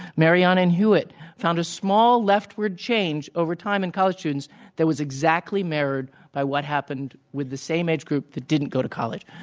mariani and hewitt found a small leftw ard change over time in college students that was exactly mirrored by what happened with the same age group that didn't go to college.